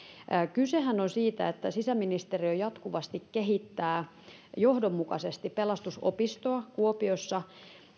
kysehän on siitä että sisäministeriö jatkuvasti kehittää johdonmukaisesti pelastusopistoa kuopiossa